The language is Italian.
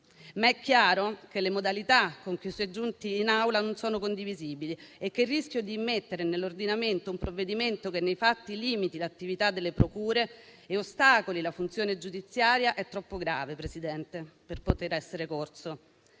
Ma è chiaro che le modalità con cui si è giunti in Aula non sono condivisibili e che il rischio di immettere nell'ordinamento un provvedimento che nei fatti limiti l'attività delle procure e ostacoli la funzione giudiziaria è troppo grave per poter essere corso.